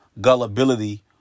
gullibility